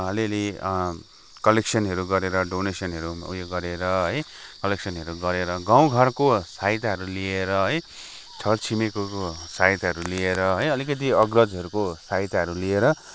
अलि अलि कलेक्सनहरू गरेर डोनेसनहरू उयो गरेर है कलेक्सनहरू गरेर गाउँ घरको फाइदाहरू लिएर है छर छिमेकीको सहायताहरू लिएर अलिकति अग्रजहरूको सहायताहरू लिएर